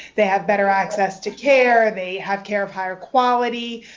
they have better access to care. they have care of higher quality.